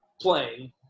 playing